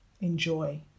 enjoy